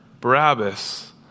Barabbas